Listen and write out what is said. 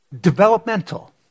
developmental